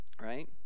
right